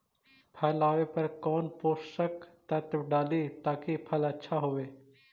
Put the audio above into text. फल आबे पर कौन पोषक तत्ब डाली ताकि फल आछा होबे?